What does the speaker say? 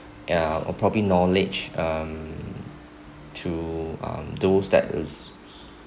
ya or probably knowledge um to um those that is